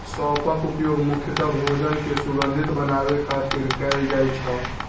सौंफक उपयोग मुख्यतः भोजन कें सुगंधित बनाबै खातिर कैल जाइ छै